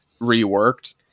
reworked